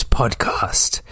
podcast